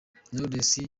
knowless